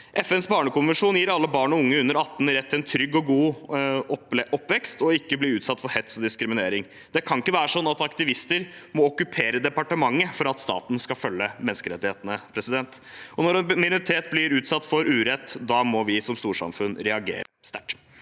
FNs barnekonvensjon gir alle barn og unge under 18 rett til en trygg og god oppvekst og ikke bli utsatt for hets og diskriminering. Det kan ikke være sånn at aktivister må okkupere departementer for at staten skal følge menneskerettighetene. Når en minoritet blir utsatt for urett, må vi som storsamfunn reagere sterkt.